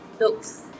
looks